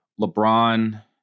LeBron